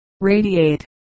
radiate